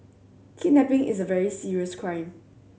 kidnapping is a very serious crime